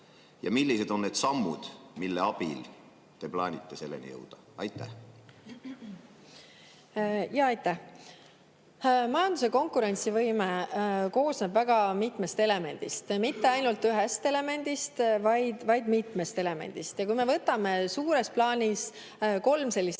Ja millised on need sammud, mille abil te plaanite selleni jõuda? Aitäh! Majanduse konkurentsivõime koosneb väga mitmest elemendist, mitte ainult ühest elemendist, vaid mitmest elemendist. Võtame suures plaanis kolm sellist